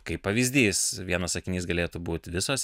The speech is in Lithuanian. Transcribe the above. kaip pavyzdys vienas sakinys galėtų būt visos